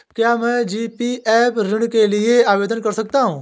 क्या मैं जी.पी.एफ ऋण के लिए आवेदन कर सकता हूँ?